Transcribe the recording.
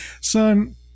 son